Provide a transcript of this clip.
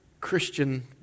Christian